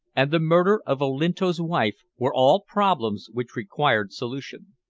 and the murder of olinto's wife were all problems which required solution.